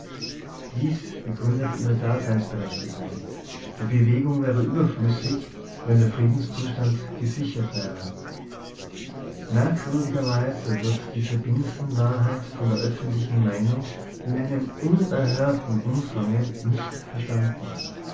dies begründet ihre daseinsberechtigung die be wegung wäre überflüssig wenn der friedens zustand gesichert wäre merkwürdigerweise wird diese binsenwahrheit von der öffentlichen meinung in einem unerhörten umfange nicht verstanden